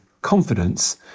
confidence